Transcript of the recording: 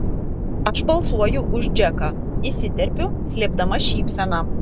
aš balsuoju už džeką įsiterpiu slėpdama šypseną